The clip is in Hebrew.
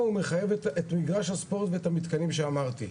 הוא מחייב את מגרש הספורט ואת המתקנים שאמרתי.